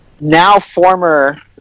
now-former